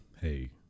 hey